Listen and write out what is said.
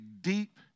deep